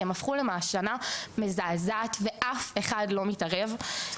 הם הפכו למעשנה מזעזעת ואף אחד לא מתערב.